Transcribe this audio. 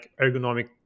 ergonomic